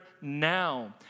now